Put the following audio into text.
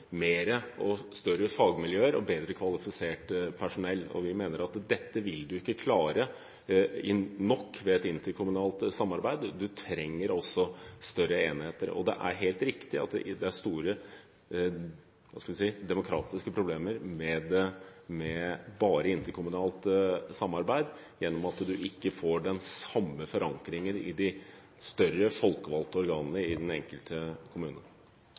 større fagmiljøer og bedre kvalifisert personell. Vi mener at dette vil man ikke klare i tilstrekkelig grad ved et interkommunalt samarbeid. Man trenger også større enheter. Det er helt riktig at det er store – hva skal vi si – demokratiske problemer med bare interkommunalt samarbeid gjennom at man ikke får den samme forankringen i de større folkevalgte organene i den enkelte kommune.